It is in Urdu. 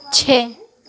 چھ